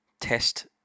Test